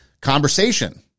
conversation